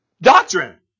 doctrine